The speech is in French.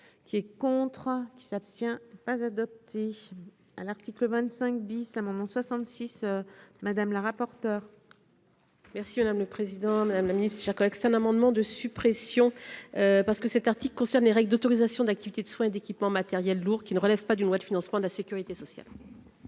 qui est contrat qui s'abstient pas adopté à l'article 25 bis, la maman 66 madame la rapporteure. Merci madame le président, madame la Ministre, chers collègues, c'est un amendement de suppression parce que cet article concerne les règles d'autorisation d'activités de soins d'équipements matériels lourds qui ne relèvent pas d'une loi de financement de la Sécurité sociale.